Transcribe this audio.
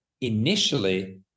initially